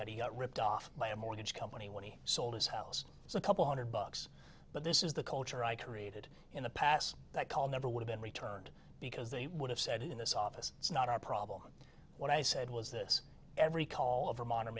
that he got ripped off by a mortgage company when he sold his house so a couple hundred bucks but this is the culture i created in the past that call never would have been returned because they would have said in this office it's not our problem what i said was this every call